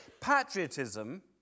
patriotism